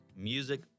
music